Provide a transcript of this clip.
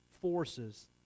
forces